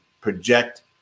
project